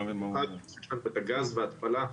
במיוחד כשיש לנו את הגז בהתפלה,